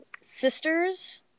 sisters